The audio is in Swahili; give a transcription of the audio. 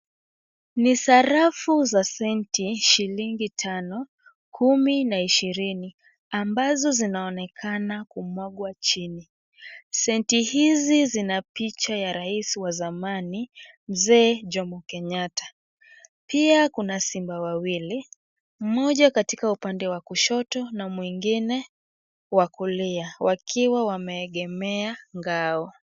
Ni sarafu za senti shilingi tano, kumi na ishirini ambazo zinaonekana kumwagwa chini. Senti hizi zina picha ya Rais wa zamani Mzee Jomo Kenyatta, pia kuna simba wawili, mmoja katika upande wa kushoto na mwingine wa kulia, wakiwa wameegemea ngao.